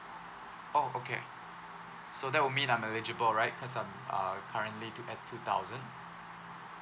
oh okay so that will mean I'm eligible right cause I'm uh currently t~ at two thousand